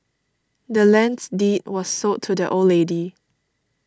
the land's deed was sold to the old lady